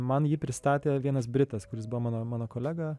man jį pristatė vienas britas kuris buvo mano mano kolega